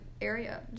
area